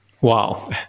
Wow